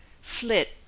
FLIT